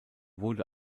wurde